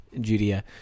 Judea